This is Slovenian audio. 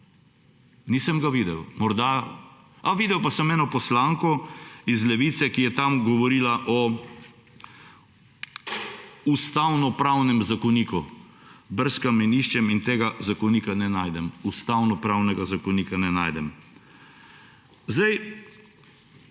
Nisem ga videl. Videl pa sem eno poslanko Levice, ki je tam govorila o ustavnopravnem zakoniku. Brskam in iščem in tega zakonika ne najdem. Ustavnopravnega zakonika ne najdem. Sem